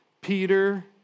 Peter